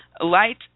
Light